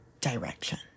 direction